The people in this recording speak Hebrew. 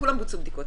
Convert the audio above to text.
לכולם בוצעו בדיקות.